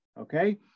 okay